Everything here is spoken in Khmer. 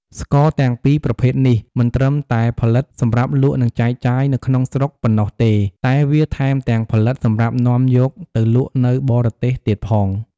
ស្ករទាំងពីរប្រភេទនេះមិនតឹមតែផលិតសម្រាប់លក់និងចែកចាយនៅក្នុងស្រុកប៉ុណ្ណោះទេ តែវាថែមទាំងផលិតសម្រាប់នាំយកទៅលក់នៅបរទេសទៀតផង។